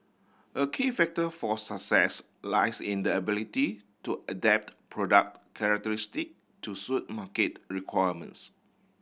a key factor for success lies in the ability to adapt product characteristic to suit market requirements